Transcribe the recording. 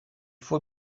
faut